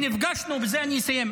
בזה אני מסיים,